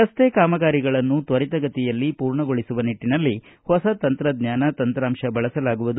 ರಸ್ತೆ ಕಾಮಗಾರಿಗಳನ್ನು ತ್ವರಿತಗತಿಯಲ್ಲಿ ಪೂರ್ಣಗೊಳಿಸುವ ನಿಟ್ಟನಲ್ಲಿ ಹೊಸ ತಂತ್ರಜ್ವಾನ ತಂತ್ರಾಂಶ ಬಳಸಲಾಗುವುದು